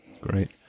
Great